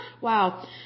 Wow